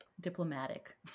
diplomatic